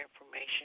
information